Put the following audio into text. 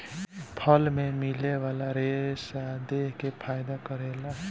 फल मे मिले वाला रेसा देह के फायदा करेला